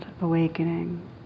awakening